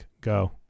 go